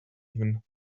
even